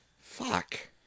Fuck